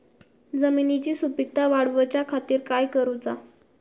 जमिनीची सुपीकता वाढवच्या खातीर काय करूचा?